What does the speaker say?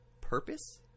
purpose